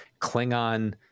klingon